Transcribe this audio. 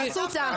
באסותא,